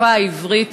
השפה העברית